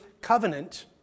covenant